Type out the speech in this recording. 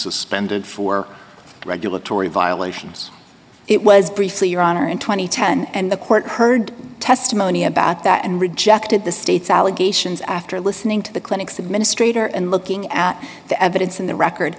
suspended for regulatory violations it was briefly your honor in two thousand and ten and the court heard testimony about that and rejected the state's allegations after listening to the clinics administrator and looking at the evidence in the record